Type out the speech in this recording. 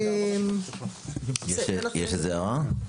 יש הערה?